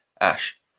Ash